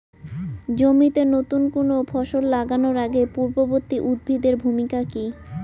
জমিতে নুতন কোনো ফসল লাগানোর আগে পূর্ববর্তী উদ্ভিদ এর ভূমিকা কি?